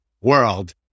world